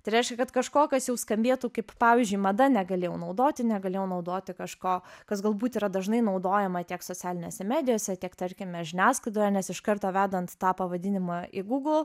tai reiškia kad kažko kas jau skambėtų kaip pavyzdžiui mada negalėjau naudoti negalėjau naudoti kažko kas galbūt yra dažnai naudojama tiek socialinėse medijose tiek tarkime žiniasklaidoje nes iš karto vedant tą pavadinimą į google